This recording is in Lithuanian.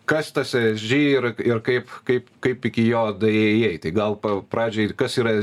kas tas esg ir ir kaip kaip kaip iki jo įėjai tai gal p pradžiai ir kas yra